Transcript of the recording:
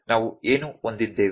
ಆದ್ದರಿಂದ ನಾವು ಏನು ಹೊಂದಿದ್ದೇವೆ